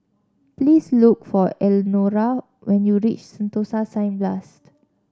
please look for Elnora when you reach Sentosa Cineblast